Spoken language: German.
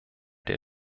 der